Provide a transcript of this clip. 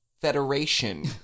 Federation